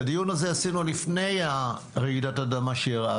את הדיון הזה עשינו לפני רעידת האדמה שאירעה